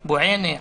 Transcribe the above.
בועינה,